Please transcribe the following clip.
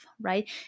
right